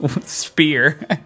spear